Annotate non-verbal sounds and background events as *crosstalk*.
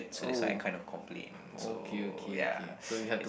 so that's why I kind of complain so ya *noise*